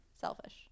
selfish